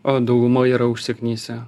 o daugumoj yra užsiknisę